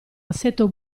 assetto